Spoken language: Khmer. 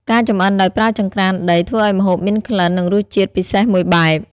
ការចម្អិនដោយប្រើចង្រ្កានដីធ្វើឱ្យម្ហូបមានក្លិន និងរសជាតិពិសេសមួយបែប។